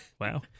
Wow